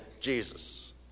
Jesus